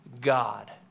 God